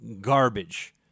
garbage